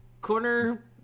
corner